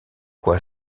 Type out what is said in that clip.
quoi